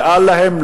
ואל להם,